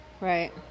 Right